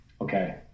okay